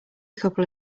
couple